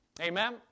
Amen